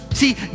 See